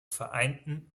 vereinten